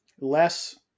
less